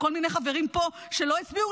כל מיני חברים פה שלא הצביעו,